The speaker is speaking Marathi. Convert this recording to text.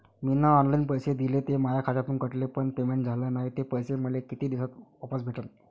मीन ऑनलाईन पैसे दिले, ते माया खात्यातून कटले, पण पेमेंट झाल नायं, ते पैसे मले कितीक दिवसात वापस भेटन?